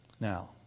Now